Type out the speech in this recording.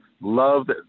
love